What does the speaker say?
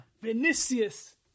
Vinicius